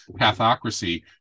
pathocracy